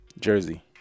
Jersey